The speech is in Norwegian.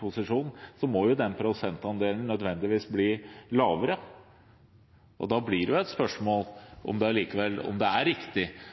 posisjon over tid, må jo den prosentandelen nødvendigvis bli lavere. Da blir det et spørsmål om det er riktig å se på om